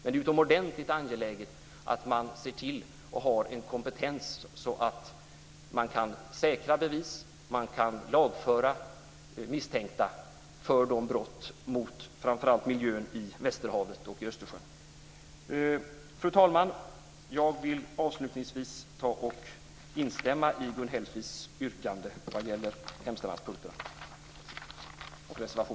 Det är utomordentligt angeläget att man har en kompetens så att man kan säkra bevis och lagföra misstänkta för brott mot framför allt miljön i västerhavet och Östersjön. Fru talman! Avslutningsvis vill jag instämma i